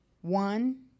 one